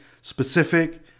Specific